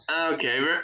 Okay